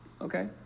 okay